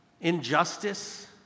Injustice